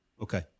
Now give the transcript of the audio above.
Okay